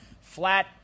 flat